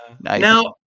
Now